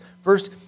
First